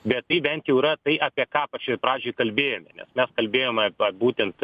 bet tai bent jau yra tai apie ką pačioj pradžioj kalbėjome mes kalbėjome apie būtent